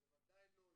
זה ודאי לא יהיה.